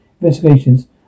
investigations